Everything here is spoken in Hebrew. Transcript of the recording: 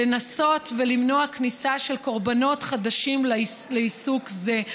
לנסות ולמנוע כניסה של קורבנות חדשים לעיסוק זה.